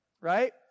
right